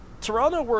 Toronto